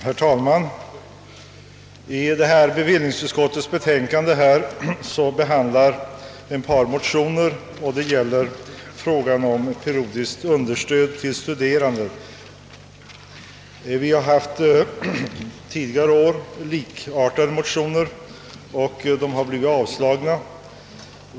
Herr talman! Bevillningsutskottets betänkande nr 4 behandlar ett par motioner, som upptagit frågan om rätt till skatteavdrag för periodiskt understöd till studerande. Vi har under tidigare år haft likartade motioner, vilka emellertid blivit avslagna.